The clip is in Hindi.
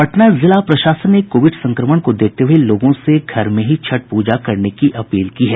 पटना जिला प्रशासन ने कोविड संक्रमण को देखते हये लोगों से घर में ही छठ पूजा करने की अपील की है